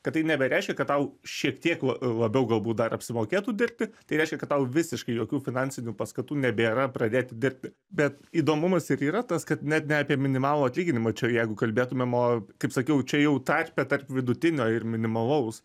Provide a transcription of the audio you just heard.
kad tai nebereiškia kad tau šiek tiek labiau galbūt dar apsimokėtų dirbti tai reiškia kad tau visiškai jokių finansinių paskatų nebėra pradėti dirbti bet įdomumas ir yra tas kad net ne apie minimalų atlyginimą čia jeigu kalbėtumėm o kaip sakiau čia jau tarpe tarp vidutinio ir minimalaus